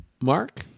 Mark